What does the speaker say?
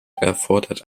erfordert